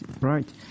right